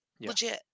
legit